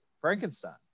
Frankenstein